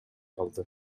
калды